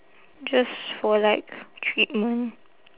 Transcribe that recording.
just for like treatment